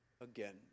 again